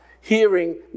hearing